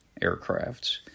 aircrafts